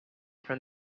from